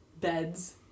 beds